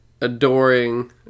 adoring